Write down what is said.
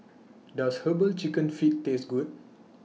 Does Herbal Chicken Feet Taste Good